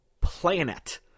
planet